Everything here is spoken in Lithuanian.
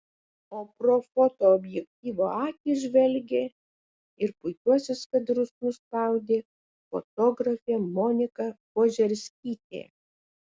o pro fotoobjektyvo akį žvelgė ir puikiuosius kadrus nuspaudė fotografė monika požerskytė